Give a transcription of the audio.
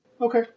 Okay